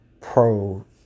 pro